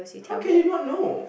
how can you not know